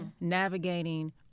navigating